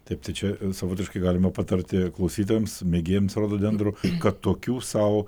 taip tai čia savotiškai galima patarti klausytojams mėgėjams rododendrų kad tokių sau